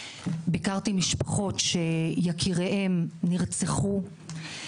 ביקרתי משפחות שיקיריהן נרצחו,